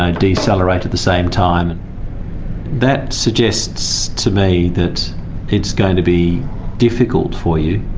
ah decelerate at the same time. and that suggests to me that it's going to be difficult for you